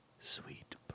sweet